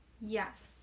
yes